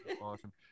awesome